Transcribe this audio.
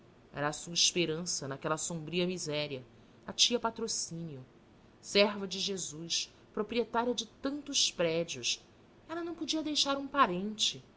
era a sua esperança naquela sombria miséria a tia patrocínio serva de jesus proprietária de tantos prédios ela não podia deixar um parente